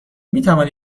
میتوانی